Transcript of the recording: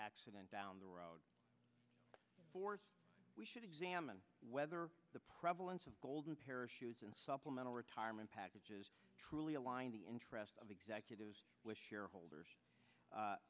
accident down the road we should examine whether the prevalence of golden parachutes and supplemental retirement packages truly align the interests of executives with shareholders